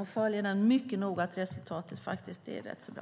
och följer denna fråga mycket noggrant och att resultatet är rätt så bra.